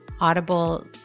Audible